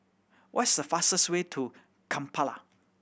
what is the fastest way to Kampala